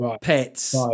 Pets